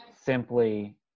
simply